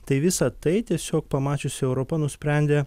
tai visa tai tiesiog pamačiusi europa nusprendė